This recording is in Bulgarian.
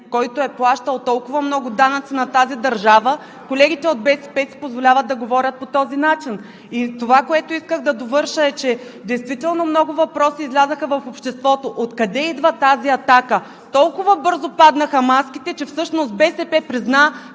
който е плащал толкова много данъци на тази държава, колегите от БСП си позволяват да говорят по този начин. Това, което исках да довърша, е, че действително много въпроси излязоха в обществото. Откъде идва тази атака? Толкова бързо паднаха маските, че всъщност БСП призна,